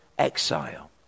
exile